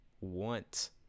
want